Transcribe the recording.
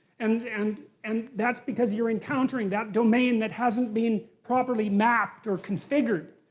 and and and that's because you're encountering that domain that hasn't been properly mapped or configured.